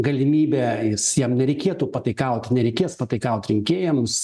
galimybė jis jam nereikėtų pataikaut nereikės pataikaut rinkėjams